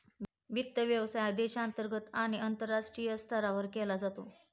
वित्त व्यवसाय देशांतर्गत आणि आंतरराष्ट्रीय स्तरावर केला जातो